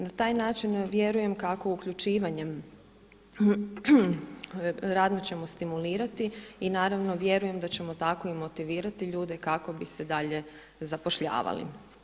Na taj način vjerujem kako uključivanjem radno ćemo stimulirati i vjerujem da ćemo tako motivirati ljude kako bi se dalje zapošljavali.